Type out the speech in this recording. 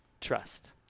trust